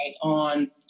on